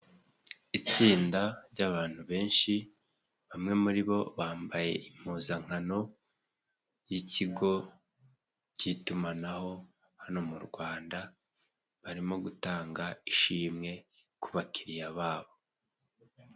Itsinda ry'abantu benshi bamwe muribo bambaye impuzankano ,y'ikigo cy'itumanaho hano mu rwanda barimo gutanga ishimwe ku bakiriya babo.